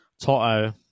Toto